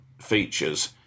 features